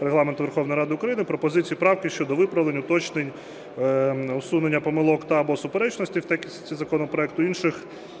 Регламенту Верховної Ради України пропозиції і правки щодо виправлень, уточнень, усунення помилок та/або суперечностей в тексті законопроекту, інших